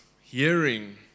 hearing